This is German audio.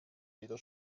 jeder